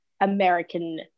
american